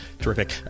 terrific